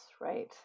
right